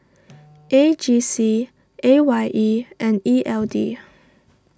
A G C A Y E and E L D